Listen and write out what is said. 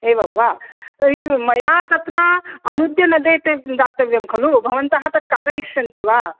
एवं वा तर्हि मया तत्र अनूद्य न देते दातव्यं खलु भवन्तः तत् कारयिष्यन्ति वा